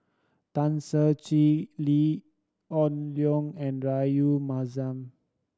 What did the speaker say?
Tan Ser Cher Lee Hoon Leong and Rahayu Mahzam